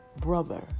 brother